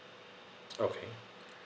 okay